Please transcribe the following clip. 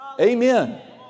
Amen